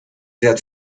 that